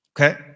Okay